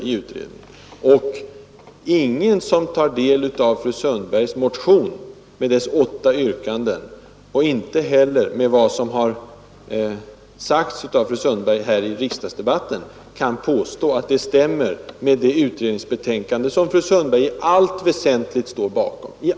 Ingen som tar del av fru Sundbergs motion med dess åtta yrkanden och av vad fru Sundberg har sagt här i riksdagsdebatten kan påstå att det stämmer med det utredningsbetänkande som fru Sundberg i allt väsentligt står bakom.